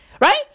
right